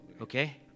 Okay